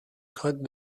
grade